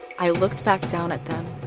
i looked back down at them.